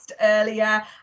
earlier